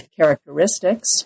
characteristics